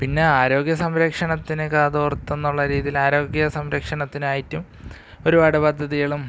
പിന്നെ ആരോഗ്യ സംരക്ഷണത്തിന് കാതോർത്തെന്നുള്ള രീതിയിൽ ആരോഗ്യ സംരക്ഷണത്തിനായിട്ടും ഒരുപാട് പദ്ധതികളും